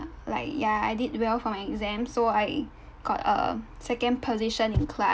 like ya I did well for exam so I got a second position in class